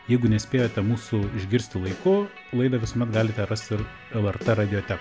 jeigu nespėjote mūsų išgirsti laiku laidos visuomet galite rasti lrt radiotekoje